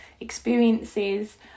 experiences